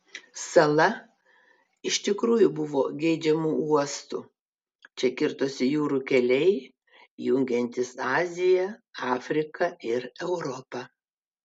sala iš tikrųjų buvo geidžiamu uostu čia kirtosi jūrų keliai jungiantys aziją afriką ir europą